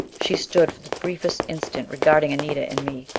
she stood for the briefest instant regarding anita and me,